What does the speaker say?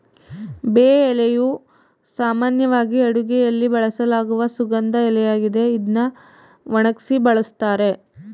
ಬೇ ಎಲೆಯು ಸಾಮಾನ್ಯವಾಗಿ ಅಡುಗೆಯಲ್ಲಿ ಬಳಸಲಾಗುವ ಸುಗಂಧ ಎಲೆಯಾಗಿದೆ ಇದ್ನ ಒಣಗ್ಸಿ ಬಳುಸ್ತಾರೆ